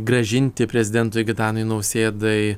grąžinti prezidentui gitanui nausėdai